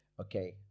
okay